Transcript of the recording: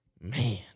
Man